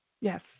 Yes